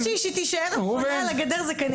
אם תהיה מישהי שתישאר תקועה על הגדר זו כנראה תהיה אני.